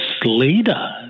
leader